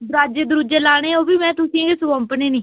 दरोआजे दरूजे लाने ओह् बी में तुसें ई गै सौंपने निं